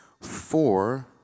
four